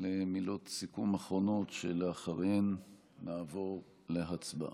למילות סיכום אחרונות, ואחריהן נעבור להצבעה.